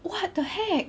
what the heck